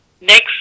next